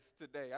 today